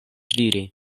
diri